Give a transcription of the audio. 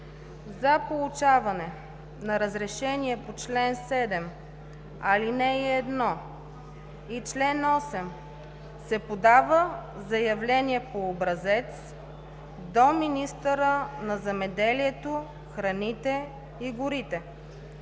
За получаване на разрешение по чл. 7, ал. 1 и чл. 8 се подава заявление по образец до министъра на земеделието, храните и горите.